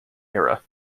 era